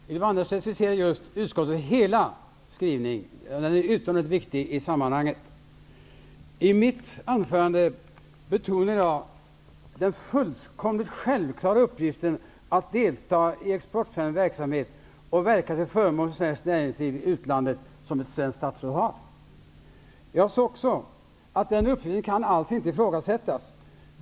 Herr talman! Ylva Annerstedt hänvisade just till utskottets hela skrivning. Den är utomordentligt viktig i sammanhanget. I mitt anförande betonade jag den fullkomligt självklara uppgiften att delta i exportfrämjande verksamhet och verka till förmån för svenskt näringsliv i utlandet som ett svenskt statsråd har. Jag sade också att den uppgiften inte alls kan ifrågasättas.